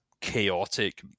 chaotic